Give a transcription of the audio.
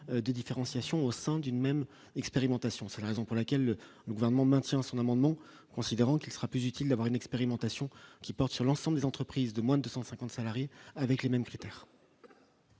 de différenciation au sein d'une même expérimentation s', raison pour laquelle le gouvernement maintient son amendement, considérant qu'il sera plus utile d'avoir une expérimentation qui porte sur l'ensemble des entreprises de moins de 150 salariés avec les mêmes critères.